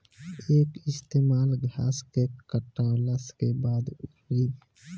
एकर इस्तेमाल घास के काटला के बाद अउरी विंड्रोइंग से पहिले कईल जाला